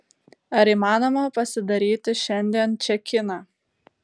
ar įmanoma pasidaryti šiandien čekiną